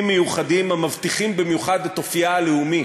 מיוחדים המבטיחים במפורש את אופייה הלאומי"